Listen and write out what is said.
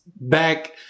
back